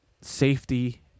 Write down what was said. safety